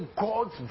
God's